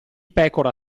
pecora